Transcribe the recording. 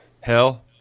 hell